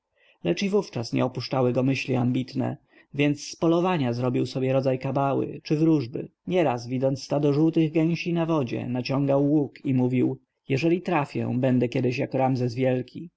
lecz i wówczas nie opuszczały go myśli ambitne więc z polowania zrobił sobie rodzaj kabały czy wróżby nieraz widząc stado żółtych gęsi na wodzie naciągał łuk i mówił jeżeli trafię będę kiedyś jako ramzes wielki